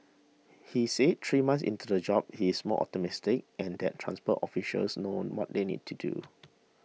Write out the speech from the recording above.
he said three months into the job he is more optimistic and that transport officials known what they need to do